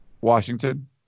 Washington